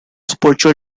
spiritual